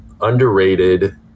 underrated